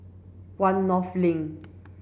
One North Link